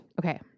okay